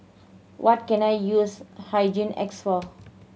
what can I use Hygin X for